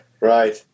Right